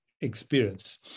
experience